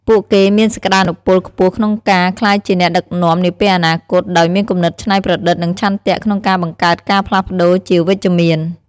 ពួកគេមានសក្ដានុពលខ្ពស់ក្នុងការក្លាយជាអ្នកដឹកនាំនាពេលអនាគតដោយមានគំនិតច្នៃប្រឌិតនិងឆន្ទៈក្នុងការបង្កើតការផ្លាស់ប្ដូរជាវិជ្ជមាន។